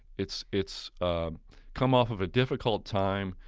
it's it's come off of a difficult time.